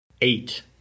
eight